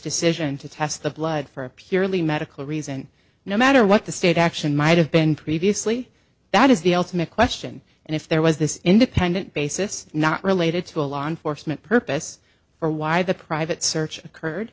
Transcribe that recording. decision to test the blood for a purely medical reason no matter what the state action might have been previously that is the ultimate question and if there was this independent basis not related to a law enforcement purpose or why the private search occurred